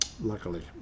Luckily